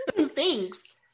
thanks